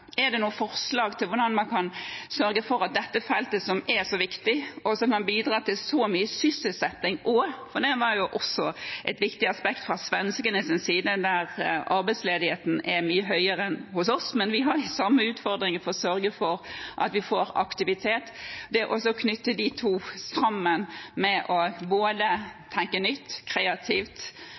viktig, og som kan bidra til mye sysselsetting også? Det var også et viktig aspekt fra svenskenes side, der arbeidsledigheten er mye høyere enn hos oss, men vi har de samme utfordringene når det gjelder å sørge for at vi får aktivitet. Hvordan kan man knytte disse tingene sammen – både tenke nytt og kreativt